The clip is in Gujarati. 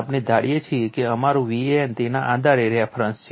આપણે ધારીએ છીએ કે અમારું Van તેના આધારે રેફરન્સ છે